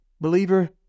Believer